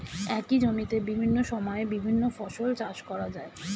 একই জমিতে বিভিন্ন সময়ে বিভিন্ন ফসল চাষ করা যায়